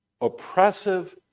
oppressive